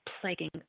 plaguing